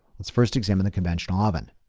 let's first examine the conventional oven.